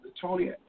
Tony